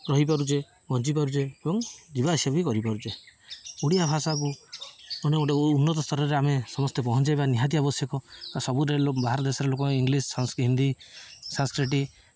ରହିପାରୁଛେ ବଞ୍ଚିପାରୁଛେ ଏବଂ ଯିବା ଆସିବା ବି କରିପାରୁଛେ ଓଡ଼ିଆ ଭାଷାକୁ ଅନ୍ୟ ଗୋଟେ ଉନ୍ନତ ସ୍ତରରେ ଆମେ ସମସ୍ତେ ପହଞ୍ଚାଇବା ନିହାତି ଆବଶ୍ୟକ ସବୁ ଦେଲ ବାହାର ଦେଶର ଲୋକ ଇଂଲିଶ ହିନ୍ଦୀ ସାଂସ୍କ୍ରିଟ